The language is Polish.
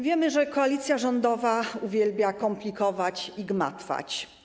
Wiemy, że koalicja rządowa uwielbia komplikować i gmatwać.